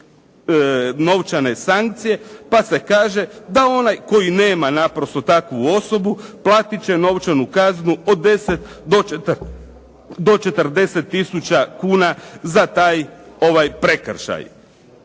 novčane sankcije pa se kaže da onaj koji nema naprosto takvu osobu platiti će novčanu kaznu od 10. do 40. tisuća kuna za taj prekršaj.